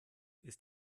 ist